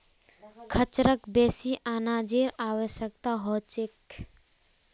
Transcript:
खच्चरक बेसी अनाजेर आवश्यकता ह छेक